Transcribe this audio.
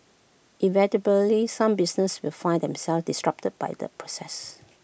inevitably some businesses will find themselves disrupted by the process